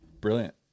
Brilliant